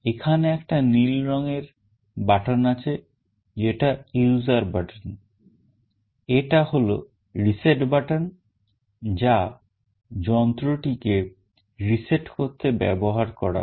এখানে একটা নীল রঙের button আছে যেটা user button এটা হল reset button যা যন্ত্রটিকে reset করতে ব্যবহার করা হয়